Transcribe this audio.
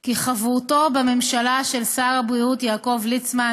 כי חברותו בממשלה של שר הבריאות יעקב ליצמן